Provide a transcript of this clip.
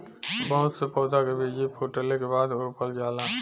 बहुत से पउधा के बीजा फूटले के बादे रोपल जाला